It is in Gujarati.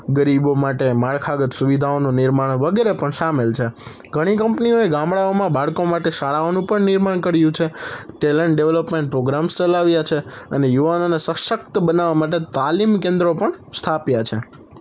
ગરીબો માટે માળખાગત સુવિધાઓનું નિર્માણ વગેરે પણ સામેલ છે ઘણી કંપનીઓએ ગામડાઓમાં બાળકો માટે શાળાઓનું પણ નિર્માણ કર્યું છે ટેલેન્ટ ડેવલોપમેન્ટ પ્રોગ્રામ્સ ચલાવ્યા છે અને યુવાનોને સશક્ત બનાવવા માટે તાલીમ કેન્દ્રો પણ સ્થાપ્યા છે